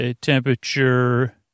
temperature